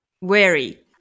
wary